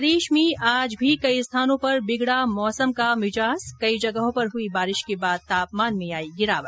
प्रदेश में आज भी कई स्थानों पर बिगड़ा मौसम का मिजाज कई जगहों पर हुई बारिश के बाद तापमान में आई गिराव